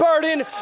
burden